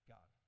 God